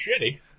shitty